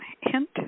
hint